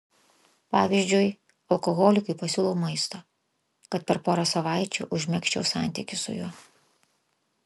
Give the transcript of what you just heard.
pavyzdžiui alkoholikui pasiūlau maisto kad per porą savaičių užmegzčiau santykį su juo